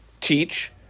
teach